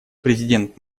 президент